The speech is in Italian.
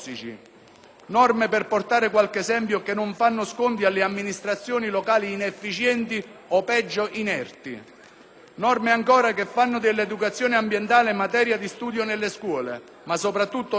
Norme, per portare qualche esempio, che non fanno sconti alle amministrazioni locali inefficienti o, peggio, inerti. Norme, ancora, che fanno dell'educazione ambientale materia di studio nelle scuole. Ma, soprattutto, norme